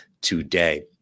today